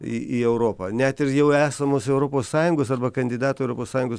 į į europą net ir jau esamos europos sąjungos arba kandidatų į europos sąjungos